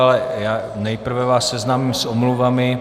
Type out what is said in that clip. Ale nejprve vás seznámím s omluvami.